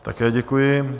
Také děkuji.